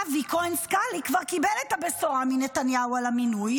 אבי כהן סקלי כבר קיבל את הבשורה מנתניהו על המינוי,